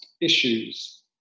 issues